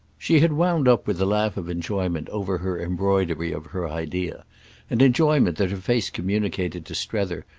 she had wound up with a laugh of enjoyment over her embroidery of her idea an enjoyment that her face communicated to strether,